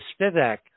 Spivak